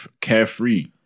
carefree